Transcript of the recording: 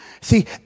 See